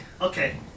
Okay